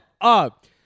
up